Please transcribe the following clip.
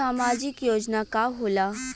सामाजिक योजना का होला?